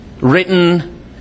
written